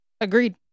Agreed